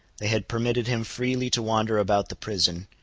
they had permitted him freely to wander about the prison,